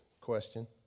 question